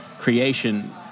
creation